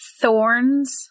thorns